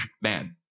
man